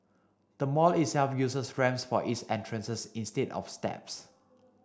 the mall itself uses ramps for its entrances instead of steps